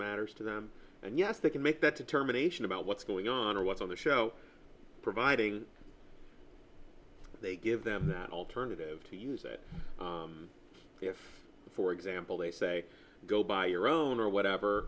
matters to them and yes they can make that determination about what's going on or what's on the show providing they give them that alternative to use it if for example they say go buy your own or whatever